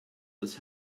this